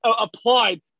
applied